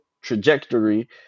trajectory